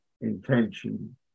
intention